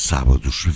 Sábados